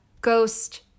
ghost